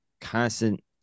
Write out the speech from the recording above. constant